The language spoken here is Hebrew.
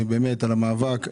באמת על המאבק,